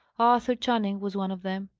arthur channing was one of them.